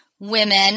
Women